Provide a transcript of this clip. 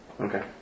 Okay